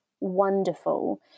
wonderful